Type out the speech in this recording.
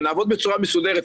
ונעבוד בצורה מסודרת,